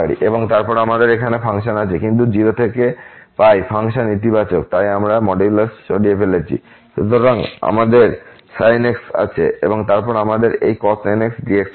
এবং তারপর আমাদের এখানে ফাংশন আছে কিন্তু এখন 0 থেকে ফাংশন ইতিবাচক তাই আমরা মডুলাস সরিয়ে ফেলেছি তাই আমাদের sin x আছে এবং তারপর আমাদের এই cos nx dx আছে